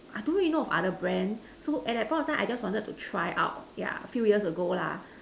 I don't really know of other brand so at that point of time I wanted to try out yeah a few years ago lah